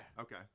Okay